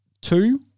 two